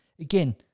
again